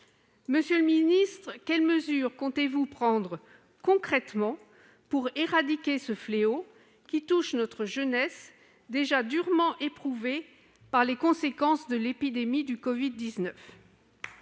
Monsieur le ministre, quelles mesures comptez-vous prendre concrètement pour éradiquer ce fléau qui touche notre jeunesse, déjà durement éprouvée par les conséquences de l'épidémie de la covid-19 ?